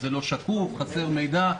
זה לא שקוף, חסר מידע.